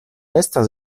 estas